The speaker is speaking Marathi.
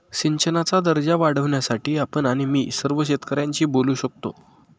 सिंचनाचा दर्जा वाढवण्यासाठी आपण आणि मी सर्व शेतकऱ्यांशी बोलू शकतो